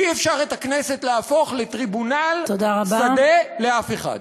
ואי-אפשר את הכנסת להפוך לטריבונל שדה, לאף אחד.